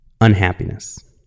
unhappiness